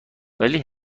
ولی